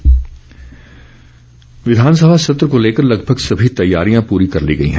सत्र तैयारी विधानसभा सत्र को लेकर लगभग सभी तैयारियां पूरी कर ली गई हैं